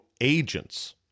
agents